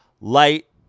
light